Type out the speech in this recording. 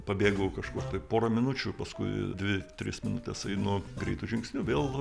pabėgau kažkur tai porą minučių paskui dvi tris minutes einu greitu žingsniu vėl